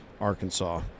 Arkansas